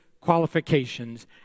qualifications